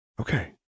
Okay